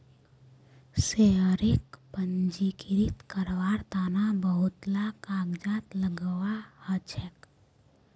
शेयरक पंजीकृत कारवार तन बहुत ला कागजात लगव्वा ह छेक